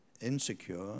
insecure